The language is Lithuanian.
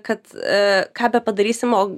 kad ką bepadarysim o